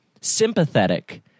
sympathetic